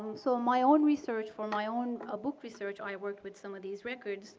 so my own research for my own ah book research, i work with some of these records